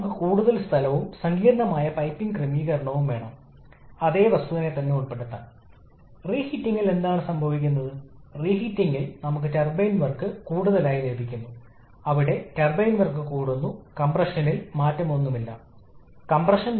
നിങ്ങൾക്ക് യുക്തിസഹമായി ചിന്തിക്കാനും കഴിയും കാരണം അവ രണ്ടും നിർവചിക്കപ്പെട്ടിട്ടുണ്ട് അവ ഒന്നിനേക്കാൾ വലുതാണ് അതിനാൽ അതിനനുസരിച്ച് നിങ്ങൾക്ക് അവരുടെ നിർവചനങ്ങൾ തിരിച്ചറിയാൻ കഴിയും